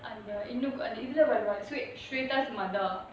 அந்த இதுல வருவாள்:antha idhulae varuvaal so wait shueta's mother